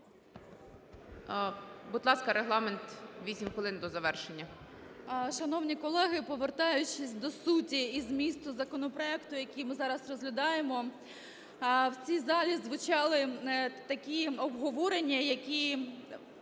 Будь ласка, регламент – 8 хвилин до завершення.